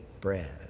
bread